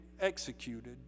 executed